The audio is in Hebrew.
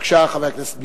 בבקשה, חבר הכנסת בילסקי.